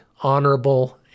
honorable